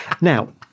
Now